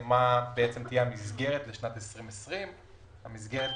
ששאל מה תהיה המסגרת לשנת 2020. המסגרת,